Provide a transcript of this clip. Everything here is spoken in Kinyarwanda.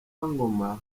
ngoma